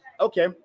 Okay